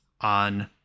on